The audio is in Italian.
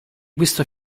questa